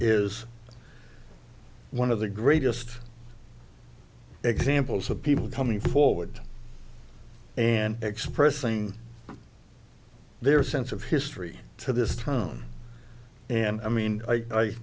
is one of the greatest examples of people coming forward and expressing their sense of history to this town and i mean